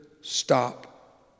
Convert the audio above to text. stop